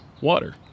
water